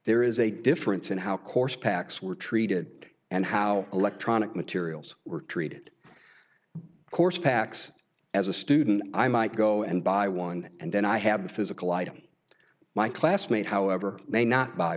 there is a difference in how course packs were treated and how electronic materials were treated course paks as a student i might go and buy one and then i have the physical item my classmate however may not buy